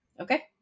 Okay